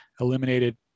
eliminated